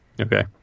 Okay